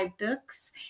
books